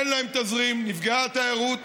אין להם תזרים, נפגעה התיירות.